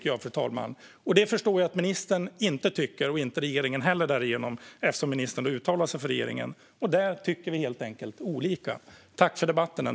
Jag förstår att ministern, och därigenom regeringen, inte tycker samma sak. Vi tycker helt enkelt olika. Tack ändå för debatten!